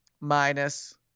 minus